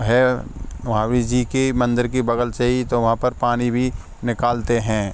हैं महावीर जी के मंदिर की बगल से ही तो वहाँ पर पानी भी निकालते हैं